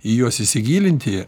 į juos įsigilinti